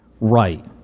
Right